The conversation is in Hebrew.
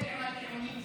שיתמודד עם הטיעונים שלי,